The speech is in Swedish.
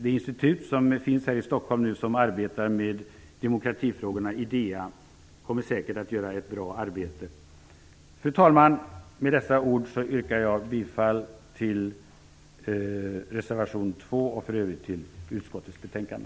Det institut som finns i Stockholm och som arbetar med demokratifrågorna, IDEA, kommer säkert att göra ett bra arbete. Fru talman! Med dessa ord yrkar jag bifall till reservation 2, och för övrigt till hemställan i utskottets betänkande.